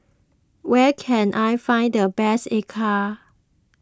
where can I find the best Acar